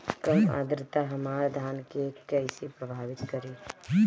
कम आद्रता हमार धान के कइसे प्रभावित करी?